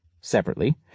Separately